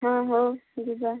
ହଁ ହଉ ଯିବା